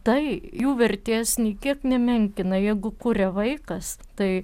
tai jų vertės nė kiek nemenkina jeigu kuria vaikas tai